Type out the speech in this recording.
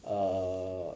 err